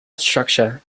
structure